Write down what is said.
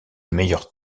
meilleures